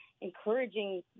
Encouraging